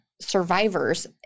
survivors